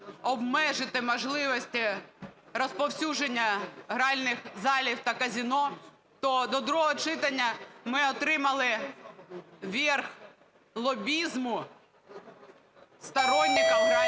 обмежити можливості розповсюдження гральних залів та казино, то до другого читання ми отримали верх лобізму стороннікам грального